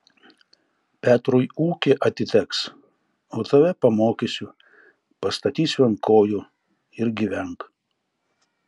petrui ūkė atiteks o tave pamokysiu pastatysiu ant kojų ir gyvenk